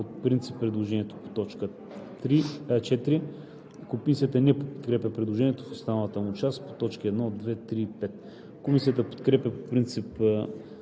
по принцип предложението по т. 4. Комисията не подкрепя предложението в останалата му част по т. 1, 2, 3 и 5. Комисията подкрепя по принцип